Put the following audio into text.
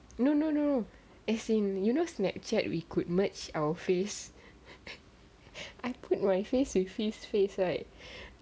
no no no no as in you know snapchat we could merge our face I put my face with his face right